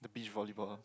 the beach volleyball